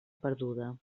perduda